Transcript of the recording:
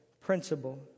principle